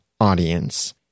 audience